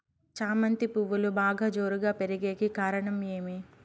చామంతి పువ్వులు బాగా జోరుగా పెరిగేకి కారణం ఏమి?